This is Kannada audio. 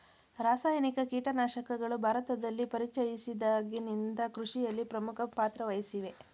ರಾಸಾಯನಿಕ ಕೀಟನಾಶಕಗಳು ಭಾರತದಲ್ಲಿ ಪರಿಚಯಿಸಿದಾಗಿನಿಂದ ಕೃಷಿಯಲ್ಲಿ ಪ್ರಮುಖ ಪಾತ್ರ ವಹಿಸಿವೆ